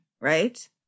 right